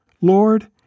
Lord